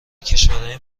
کشورهای